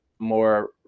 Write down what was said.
more